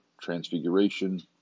transfiguration